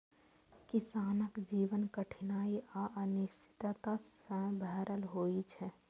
किसानक जीवन कठिनाइ आ अनिश्चितता सं भरल होइ छै